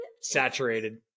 saturated